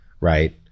right